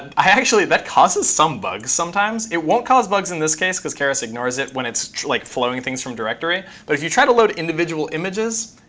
ah actually, that causes some bugs sometimes. it won't cause bugs in this case because keras ignores it when it's like flowing things from directory. but if you try to load individual images,